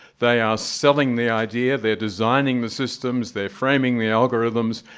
they are selling the idea. they're designing the systems. they're framing the algorithms.